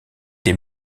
des